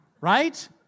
right